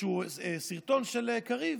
איזשהו סרטון של קריב